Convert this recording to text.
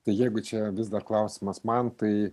tai jeigu čia vis dar klausimas man tai